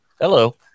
Hello